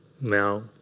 Now